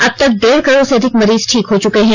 अब तक डेढ करोड से अधिक मरीज ठीक हो चुके हैं